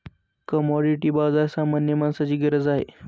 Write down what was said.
commodity बाजार सामान्य माणसाची गरज आहे